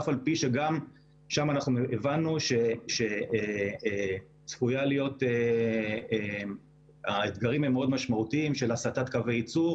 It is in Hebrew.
אף על פי ששם הבנו שצפויים להיות אתגרים משמעותיים של הסטת קווי ייצור